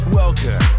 welcome